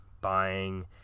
buying